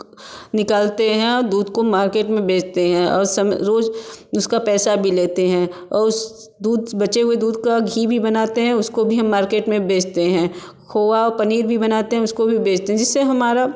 निकालते हैं औ दूध को मार्केट में बेचते हैं और सम रोज उसका पैसा भी लेते हैं उस दूध से बचे हुए दूध का घी भी बनाते हैं उसको भी हम मार्केट में बेचते हैं खोआ और पनीर भी बनाते हैं उसको भी बेचते हैं जिससे हमारा